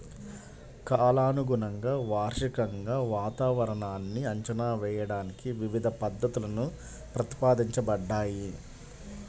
కాలానుగుణంగా, వార్షికంగా వాతావరణాన్ని అంచనా వేయడానికి వివిధ పద్ధతులు ప్రతిపాదించబడ్డాయి